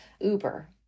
Uber